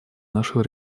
нашего